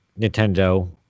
Nintendo